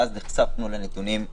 ואז נחשפנו לנתונים.